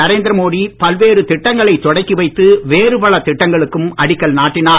நரேந்திர மோடி பல்வேறு திட்டங்களை தொடக்கி வைத்து வேறு பல திட்டங்களுக்கு அடிக்கல் நாட்டினார்